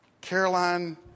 Caroline